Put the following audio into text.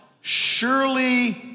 Surely